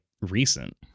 recent